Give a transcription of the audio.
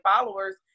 followers